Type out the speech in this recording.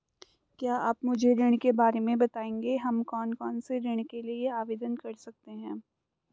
क्या आप मुझे ऋण के बारे में बताएँगे हम कौन कौनसे ऋण के लिए आवेदन कर सकते हैं?